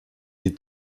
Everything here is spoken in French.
est